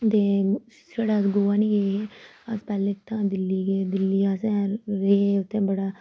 ते अस छड़ा गोवा नि गे अस पैह्ले तां दिल्ली गे दिल्ली अस रेह् उत्थें बड़ा